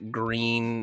green